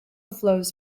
flows